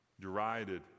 derided